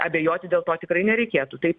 abejoti dėl to tikrai nereikėtų tai